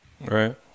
Right